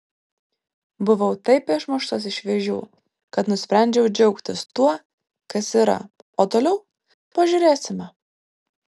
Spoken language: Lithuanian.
buvau taip išmuštas iš vėžių kad nusprendžiau džiaugtis tuo kas yra o toliau pažiūrėsime